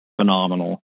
phenomenal